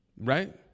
Right